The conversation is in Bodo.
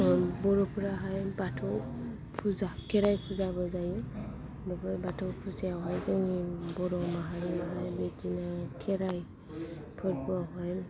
बर' फोराहाय बाथौ पुजा खेराय पुजाबो दं बाथौ पुजायावहोय जोंनि बर' माहारिया बिदिनो खेराय फोरबो आवहाय